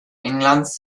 englands